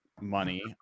money